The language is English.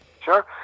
Sure